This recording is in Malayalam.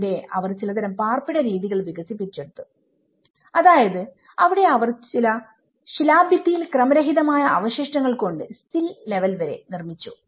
ഇവിടെ അവർ ചിലതരം പാർപ്പിട രീതികൾ വികസിപ്പിച്ചെടുത്തുഅതായത്അവിടെ അവർ ശിലാഭിത്തിയിൽ ക്രമരഹിതമായ അവശിഷ്ടങ്ങൾ കൊണ്ട് സിൽ ലെവൽ വരേ നിർമ്മിച്ചു